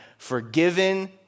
Forgiven